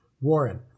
Warren